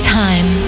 time